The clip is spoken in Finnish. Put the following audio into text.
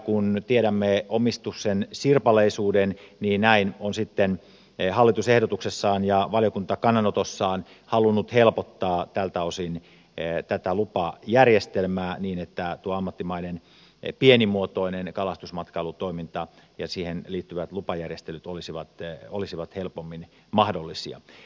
kun tiedämme omistuksen sirpaleisuuden näin on sitten hallitus ehdotuksessaan ja valiokunta kannanotossaan halunnut helpottaa tältä osin tätä lupajärjestelmää niin että tuo ammattimainen pienimuotoinen kalastusmatkailutoiminta ja siihen liittyvät lupajärjestelyt olisivat helpommin mahdollisia